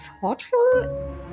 thoughtful